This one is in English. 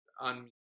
on